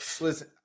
listen